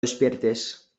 despiertes